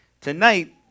tonight